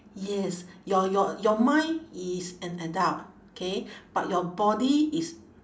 yes your your your mind is an adult K but your body is